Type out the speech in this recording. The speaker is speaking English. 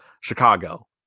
Chicago